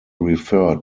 referred